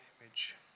image